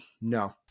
no